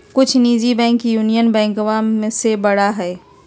कुछ निजी bank union बैंकवा से बड़ा हई